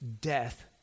death